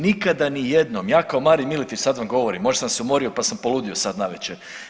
Nikada ni jednom, ja kao Marin Miletić sad vam govorim, možda sam se umorio pa sam poludio sad navečer.